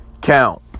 count